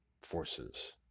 forces